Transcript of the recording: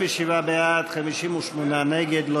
57 בעד, 58 נגד.